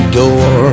door